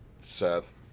Seth